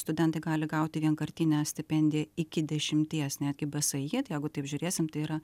studentai gali gauti vienkartinę stipendi iki dešimties netgi bsi tai jeigu taip žiūrėsim tai yra